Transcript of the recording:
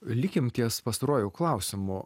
likim ties pastaruoju klausimu